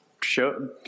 show